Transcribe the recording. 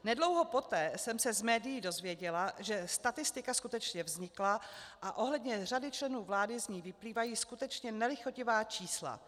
Nedlouho poté jsem se z médií dozvěděla, že statistika skutečně vznikla a ohledně řady členů vlády z ní vyplývají skutečně nelichotivá čísla.